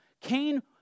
Cain